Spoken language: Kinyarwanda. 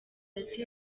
ati